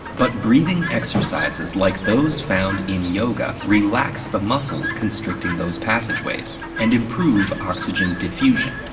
but breathing exercises like those found in yoga relax the muscles constricting those passageways and improve oxygen diffusion.